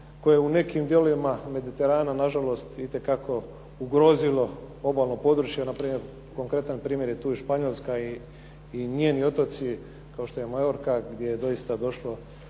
koju u nekim dijelovima Mediterana nažalost itekako ugrozilo obalno područje, npr. konkretan primjer je tu i Španjolska i njeni otoci kao što je Majorca gdje je doista došlo